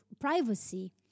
privacy